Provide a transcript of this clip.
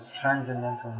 transcendental